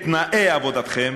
את תנאי עבודתכם,